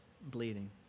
bleeding